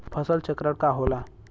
फसल चक्रण का होला?